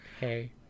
hey